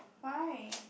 why